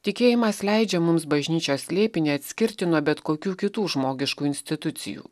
tikėjimas leidžia mums bažnyčios slėpinį atskirti nuo bet kokių kitų žmogiškų institucijų